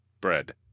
bread